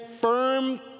firm